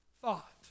thought